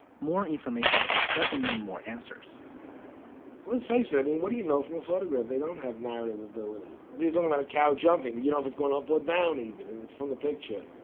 more information doesn't mean more answers let's face it, i mean, what do you know from a photograph? they don't have narrative ability. they don't want a cow jumping you know, it has gone up or down even and from the picture.